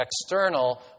external